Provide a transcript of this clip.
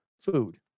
food